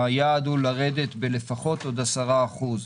היעד הוא לרדת בעוד 10% לפחות.